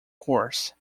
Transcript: course